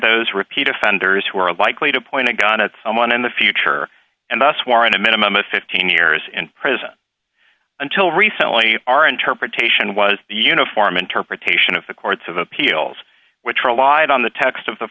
those repeat offenders who are likely to point a gun at someone in the future and thus warrant a minimum of fifteen years in prison until recently our interpretation was the uniform interpretation of the courts of appeals which relied on the text of the